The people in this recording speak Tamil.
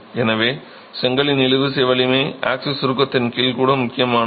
எனவே செங்கலின் இழுவிசை வலிமை ஆக்ஸிஸ் சுருக்கத்தின் கீழ் கூட முக்கியமானது